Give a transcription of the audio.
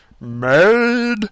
made